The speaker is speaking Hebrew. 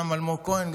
גם אלמוג כהן,